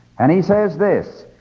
and he says this,